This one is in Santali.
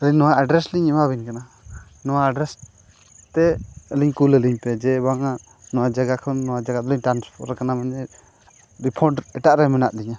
ᱟᱹᱞᱤᱧ ᱱᱚᱣᱟ ᱮᱰᱨᱮᱥ ᱞᱤᱧ ᱮᱢᱟᱵᱤᱱ ᱠᱟᱱᱟ ᱱᱚᱣᱟ ᱮᱰᱨᱮᱥ ᱛᱮ ᱟᱹᱞᱤᱧ ᱠᱳᱞ ᱟᱹᱞᱤᱧ ᱯᱮ ᱡᱮ ᱵᱟᱝᱼᱟ ᱱᱚᱣᱟ ᱡᱟᱭᱜᱟ ᱠᱷᱚᱱ ᱱᱚᱣᱟ ᱡᱟᱭᱜᱟ ᱨᱮᱞᱤᱧ ᱴᱨᱟᱱᱥᱯᱷᱟᱨ ᱢᱮᱱᱫᱟᱹᱧ ᱨᱤᱯᱷᱚᱱᱰ ᱮᱴᱟᱜ ᱨᱮ ᱢᱮᱱᱟᱜ ᱞᱤᱧᱟ